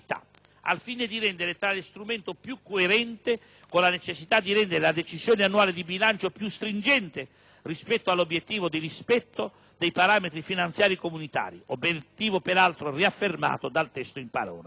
al fine di rendere tale strumento più coerente con la necessità di rendere la decisione annuale di bilancio più stringente rispetto all'obiettivo del rispetto dei parametri finanziari comunitari, obiettivo peraltro riaffermato dal testo in parola.